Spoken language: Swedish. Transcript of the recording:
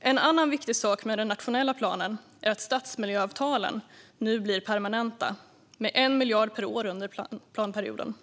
En annan viktig sak med den nationella planen är att stadsmiljöavtalen nu blir permanenta, med 1 miljard per år under planperioden.